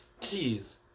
Jeez